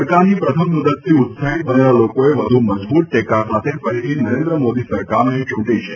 સરકારની પ્રથમ મુદ્દતથી ઉત્સાહિત બનેલા લોકોએ વધુ મજબૂત ટેકા સાથે ફરીથી નરેન્દ્ર મોદી સરકારને ચૂંટી છે